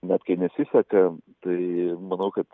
net kai nesiseka tai manau kad